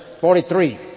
43